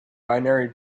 binary